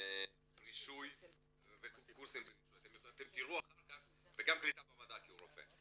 רישוי וקורסים ברישוי וגם קליטה במדע כי הוא רופא.